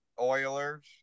Oilers